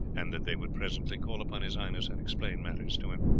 and that they would presently call upon his highness and explain matters to him.